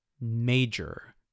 major